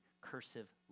cursive